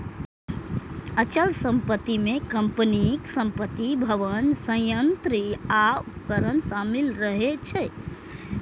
अचल संपत्ति मे कंपनीक संपत्ति, भवन, संयंत्र आ उपकरण शामिल रहै छै